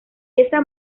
esa